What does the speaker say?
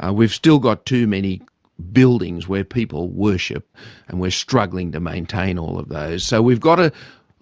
ah we've still got too many buildings where people worship and we're struggling to maintain all of those, so we've got to